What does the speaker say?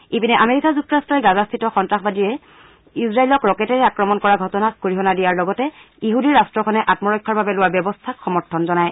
ইপিনে আমেৰিকা যুক্তৰাট্টই গাজাস্থিত সন্তাসবাদীয়ে ইজৰাইলক ৰকেটেৰে আক্ৰমণ কৰা ঘটনাক গৰিহণা দিয়াৰ লগতে ইছদী ৰাষ্টখনে আম্মৰক্ষাৰ বাবে লোৱা ব্যৱস্থাক সমৰ্থন জনায়